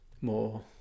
more